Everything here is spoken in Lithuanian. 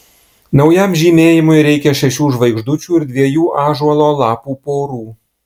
naujam žymėjimui reikia šešių žvaigždučių ir dviejų ąžuolo lapų porų